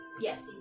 Yes